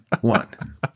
one